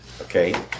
Okay